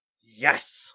Yes